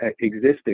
existing